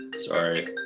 Sorry